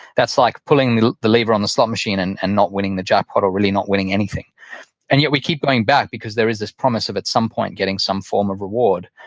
that's like pulling the the lever on the slot machine and and not winning the jackpot or really not winning anything and yet we keep going back, because there is this promise of at some point getting some form of reward,